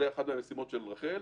זאת אחת המשימות של רח"ל.